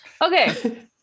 Okay